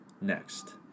next